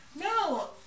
No